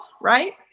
right